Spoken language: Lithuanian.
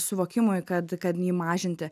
suvokimui kad kad nį mažinti